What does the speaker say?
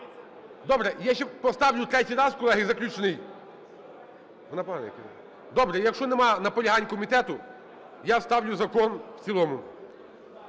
Добре! Я ще поставлю третій раз, колеги, заключний. Добре, якщо нема наполягань комітету, я ставлю закон в цілому.